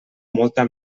molta